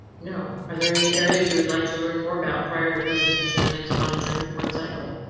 no. are there any areas you would like to learn more about prior to presentation? the next monitoring report cycle?